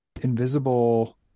invisible